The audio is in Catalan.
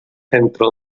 entre